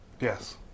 Yes